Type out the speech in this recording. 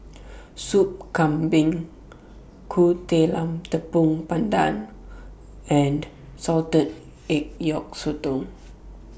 Soup Kambing Kueh Talam Tepong Pandan and Salted Egg Yolk Sotong